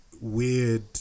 Weird